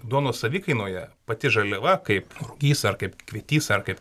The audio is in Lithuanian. duonos savikainoje pati žaliava kaip rugys ar kaip kvietys ar kaip